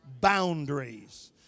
boundaries